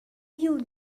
you